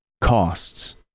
Costs